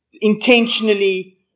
intentionally